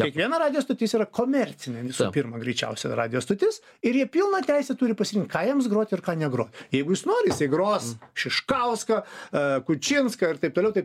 kiekviena radijo stotis yra komercinė visų pirma greičiausiai radijo stotis ir ji pilną teisę turi pasirinkt ką jiems grot ir ką negrot jeigu jis nori jisai gros šiškauską a kučinską ir taip toliau taip